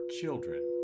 children